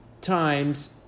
times